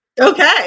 Okay